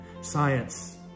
science